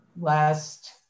last